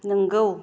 नोंगौ